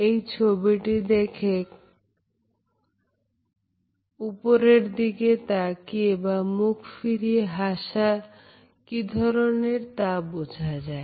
এই ছবিটি থেকে কাত হয়ে উপরের দিকে তাকিয়ে বা মুখ ফিরিয়ে হাসা কি ধরনের তা বোঝা যায়